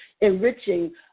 enriching